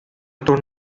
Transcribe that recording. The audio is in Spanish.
estos